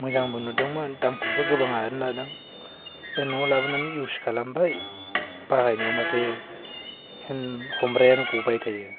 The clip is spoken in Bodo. मोजांबो नुदोंमोन दामखौबोथ' गोबाङानो लादों दा न'आव लाबोनानै इउस खालामबाय बाहायनायाव माथो हेन्द हमग्रायानो गबायथायो